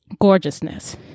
gorgeousness